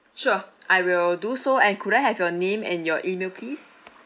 sure I will do so and could I have your name and your email please